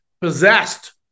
possessed